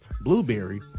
Blueberry